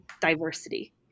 diversity